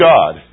God